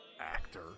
Actor